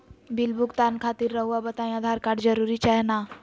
Bill भुगतान खातिर रहुआ बताइं आधार कार्ड जरूर चाहे ना?